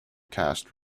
cast